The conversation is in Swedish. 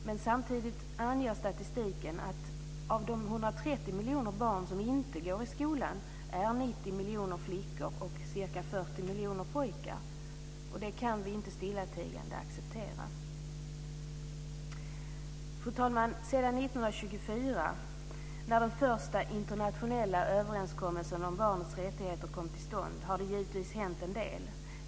Men samtidigt anger statistiken att 90 miljoner av de 130 miljoner barn som inte går i skolan är flickor, och ca 40 miljoner är pojkar. Det kan vi inte stillatigande acceptera. Fru talman! Sedan 1924, när de första internationella överenskommelsen om barnets rättigheter kom till stånd, har det givetvis hänt en del.